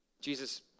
Jesus